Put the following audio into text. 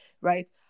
right